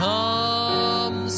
Come